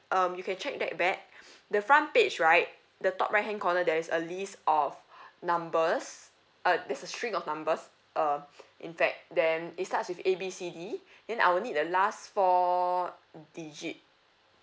um you can check that back the front page right the top right hand corner there is a list of numbers uh there's a string of numbers uh in fact then it starts with A B C D then I'll need the last four digit